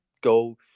go